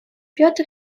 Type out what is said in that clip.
петр